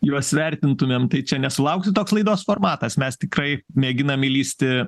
juos vertintumėm tai čia nesulauksit toks laidos formatas mes tikrai mėginam įlįsti